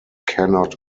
cannot